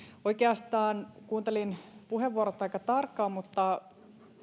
oikeastaan kuuntelin puheenvuorot aika tarkkaan mutta